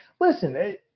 listen